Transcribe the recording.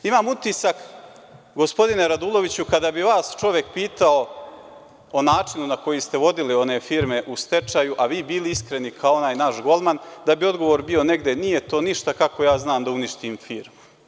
Imam utisak, gospodine Raduloviću, kada bi vas čovek pitao o načinu na koji ste vodili one firme u stečaju, a vi bili iskreni kao onaj naš golman, da bi odgovor bio negde – nije to ništa kako ja znam da uništim firmu.